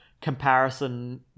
comparison